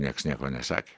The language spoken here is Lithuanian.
nieks nieko nesakė